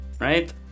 right